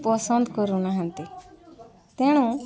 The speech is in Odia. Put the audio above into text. ପସନ୍ଦ କରୁନାହାଁନ୍ତି ତେଣୁ